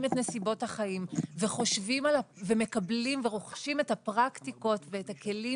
את נסיבות החיים ורוכשים את הפרקטיקות ואת הכלים